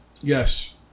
Yes